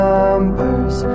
Numbers